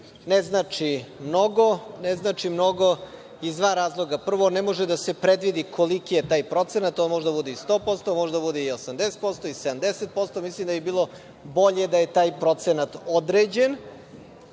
ne znači mnogo. Ne znači mnogo iz dva razloga. Prvo, ne može da se predvidi koliki je taj procenat. On može da bude i 100%, može da bude i 80%, i 70% i mislim da bi bilo bolje da je taj procenat određen. Sa